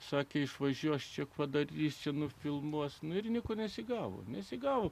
sakė išvažiuos čia padarysiu nufilmuos mūrininkų nesigavo nesigavo